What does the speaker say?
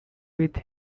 with